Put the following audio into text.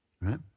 right